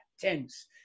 tense